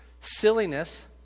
silliness